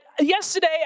yesterday